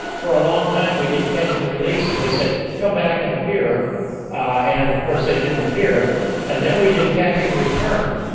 for a long time we did catch and release and we said, come back and appear and of course they didn't appear and then we did catch and return.